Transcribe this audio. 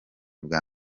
bwa